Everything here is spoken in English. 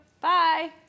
Bye